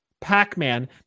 Pac-Man